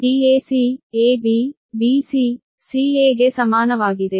Dac ab bc ca ಗೆ ಸಮಾನವಾಗಿದೆ